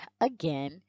again